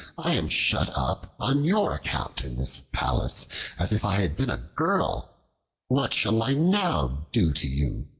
i am shut up on your account in this palace as if i had been a girl what shall i now do to you?